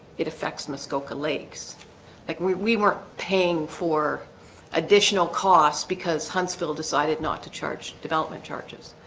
it affects muskoka lakes like we we weren't paying for additional cost because huntsville decided not to charge development charges